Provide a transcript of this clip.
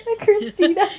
Christina